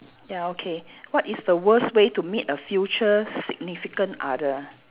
ya okay what is the worst way to meet a future significant other